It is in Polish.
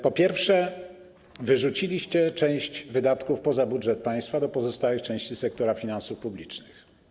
Po pierwsze, wyrzuciliście część wydatków poza budżet państwa, do pozostałych części sektora finansów publicznych.